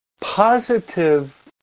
positive